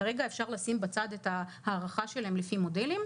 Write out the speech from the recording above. כרגע אפשר לשים בצד את הערכה שלהם לפי מודלים,